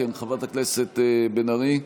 כן, חברת הכנסת בן ארי.